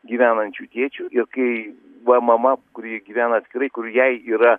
gyvenančiu tėčiu ir kai va mama kuri gyvena atskirai kur jai yra